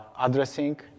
addressing